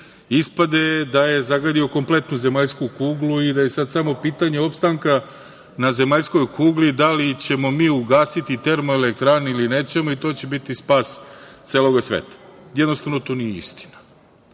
ispade da je zagadio kompletnu zemaljsku kuglu i da je sada samo pitanje opstanka na zemaljskoj kugli, da li ćemo mi ugasiti termoelektrane ili nećemo i to će biti spas celog sveta. Jednostavno to nije